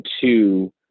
two